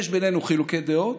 יש בינינו חילוקי דעות,